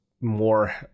more